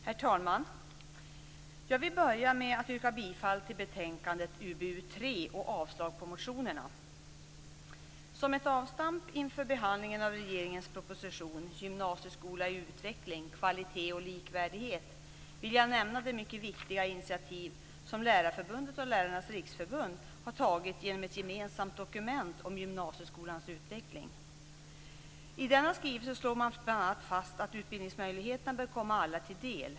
Herr talman! Jag vill börja med att yrka bifall till hemställan i betänkande UbU3 och avslag på motionerna. Som ett avstamp inför behandlingen av regeringens proposition Gymnasieskola i utveckling - kvalitet och likvärdighet vill jag nämna det mycket viktiga initiativ som Lärarförbundet och Lärarnas Riksförbund har tagit i ett gemensamt dokument om gymnasieskolans utveckling. I denna skrivelse slår man bl.a. fast att utbildningsmöjligheterna bör komma alla till del.